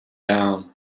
down